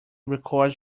records